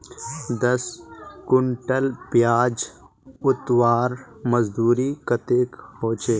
दस कुंटल प्याज उतरवार मजदूरी कतेक होचए?